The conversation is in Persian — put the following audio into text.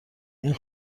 این